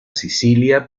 sicilia